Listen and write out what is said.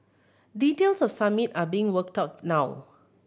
details of Summit are being worked out now